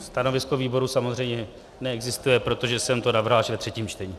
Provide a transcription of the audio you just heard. Stanovisko výboru samozřejmě neexistuje, protože jsem to navrhl až ve třetím čtení.